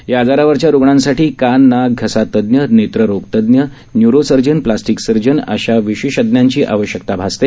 या आजारावरच्या रुग्णांसाठी कान नाक घसा तज्ञ नेत्ररोग तज्ञ न्य्रोसर्जन प्लास्टीक सर्जन या विशेषज्ञांची आवश्यकता भासते